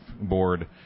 board